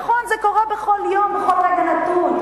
נכון, זה קורה בכל יום בכל רגע נתון.